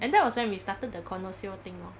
and that was when we started the connoisseur thing lor